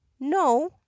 no